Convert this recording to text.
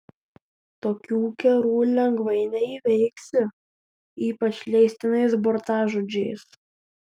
tokių kerų lengvai neįveiksi ypač leistinais burtažodžiais